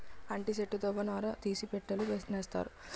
అంటి సెట్టు దవ్వ నార తీసి బట్టలు నేత్తన్నారు